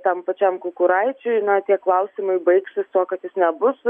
tam pačiam kukuraičiui tie klausimai baigsis tuo kad jis nebus